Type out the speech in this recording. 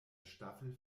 staffel